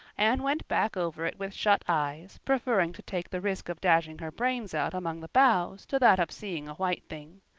anne went back over it with shut eyes, preferring to take the risk of dashing her brains out among the boughs to that of seeing a white thing.